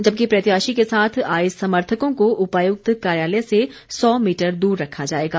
जबकि प्रत्याशी के साथ आए समर्थकों को उपायुक्त कार्यालय से सौ मीटर दूर रखा जाएगा